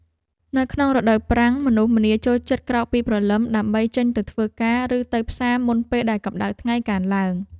នៅក្នុងរដូវប្រាំងមនុស្សម្នាចូលចិត្តក្រោកពីព្រលឹមដើម្បីចេញទៅធ្វើការ ឬទៅផ្សារមុនពេលដែលកម្តៅថ្ងៃកើនឡើង។